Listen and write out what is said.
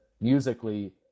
musically